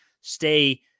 stay